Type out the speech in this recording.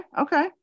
okay